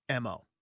MO